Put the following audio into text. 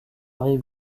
rive